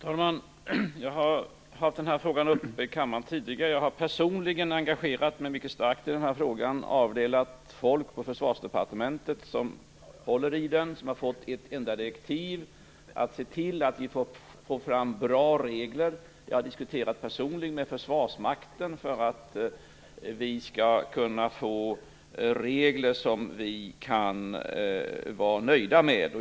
Herr talman! Jag har haft denna fråga uppe i kammaren tidigare. Jag har personligen engagerat mig mycket starkt i denna fråga, och avdelat folk på Försvarsdepartementet som håller i den. De har fått ett enda direktiv: Att se till att vi får fram bra regler. Jag har personligen diskuterat med Försvarsmakten för att vi skall kunna få regler som vi är nöjda med.